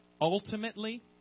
Ultimately